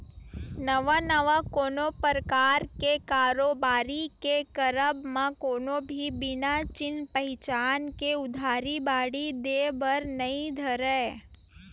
नवा नवा कोनो परकार के कारोबारी के करब म कोनो भी बिना चिन पहिचान के उधारी बाड़ही देय बर नइ धरय